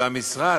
והמשרד,